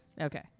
Okay